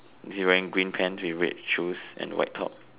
is he wearing green pants with red shoes and white top